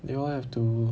they all have to